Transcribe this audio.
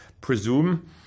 presume